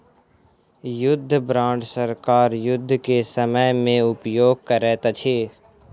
युद्ध बांड सरकार युद्ध के समय में उपयोग करैत अछि